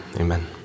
Amen